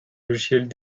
logiciels